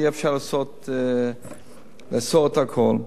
ואי-אפשר לאסור את הכול.